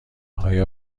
آیا